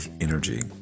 energy